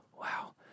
wow